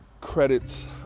credits